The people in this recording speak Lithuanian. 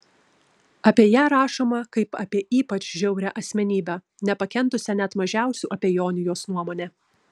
apie ją rašoma kaip apie ypač žiaurią asmenybę nepakentusią net mažiausių abejonių jos nuomone